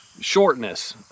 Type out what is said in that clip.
shortness